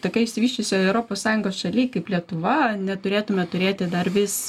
tokioj išsivysčiusioj europos sąjungos šaly kaip lietuva neturėtume turėti dar vis